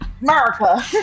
America